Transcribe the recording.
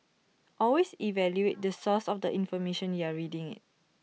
always evaluate the source of the information you're reading IT